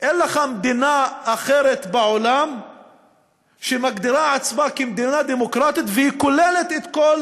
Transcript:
אין לך מדינה אחרת בעולם שמגדירה עצמה כמדינה דמוקרטית והיא כוללת את כל